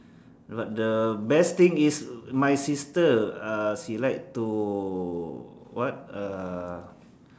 but the best thing is my sister uh she like to what uh